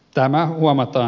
tämä huomataan